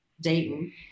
Dayton